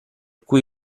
cui